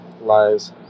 Lies